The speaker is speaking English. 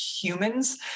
humans